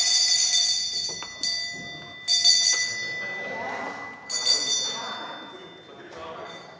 Tak